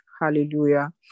Hallelujah